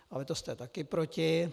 Ale to jste taky proti.